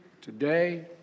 today